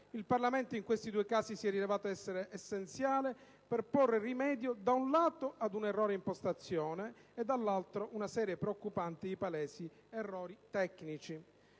Il Parlamento in questi due casi si è rivelato essenziale per porre rimedio - da un lato - ad una erronea impostazione e - dall'altro - ad una serie preoccupante di palesi errori tecnici.